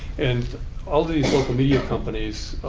and all of these local media companies,